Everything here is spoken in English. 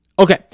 Okay